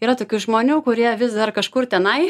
yra tokių žmonių kurie vis dar kažkur tenai